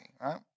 right